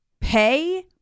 pay